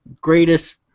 greatest